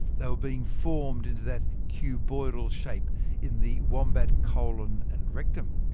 they were being formed into that cuboidal shape in the wombat colon and rectum.